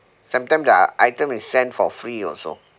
sometimes the item is sent for free also